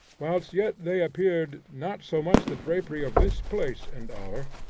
whilst yet they appeared not so much the drapery of this place and hour,